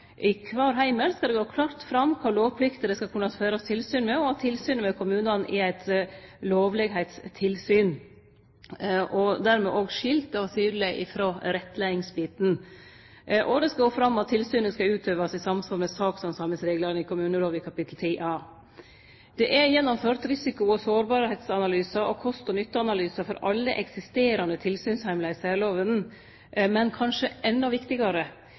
I kvar heimel skal det gå klart fram kva for lovplikter det skal kunne førast tilsyn med, og at tilsynet med kommunane er eit lovlegskapstilsyn og dermed òg skilt tydeleg frå rettleiingsbiten. Det skal òg gå fram at tilsynet skal utøvast i samsvar med sakshandsamingsreglane i kommunelova kapittel 10 A. Det er gjennomført risiko- og sårbarheitsanalyse og kost- og nytteanalyse for alle eksisterande tilsynsheimlar i særlovene. Men kanskje enda viktigare: